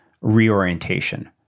reorientation